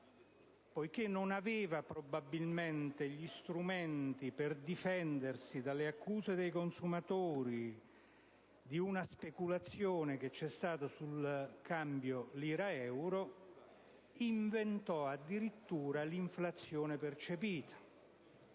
fa, non avendo probabilmente gli strumenti per difendersi dalle accuse dei consumatori circa una speculazione sul cambio lira-euro, inventò addirittura l'inflazione percepita,